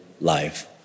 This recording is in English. life